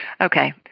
Okay